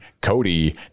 Cody